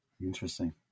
Interesting